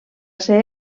ser